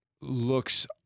looks